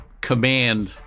command